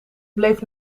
bleef